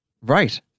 right